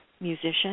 musician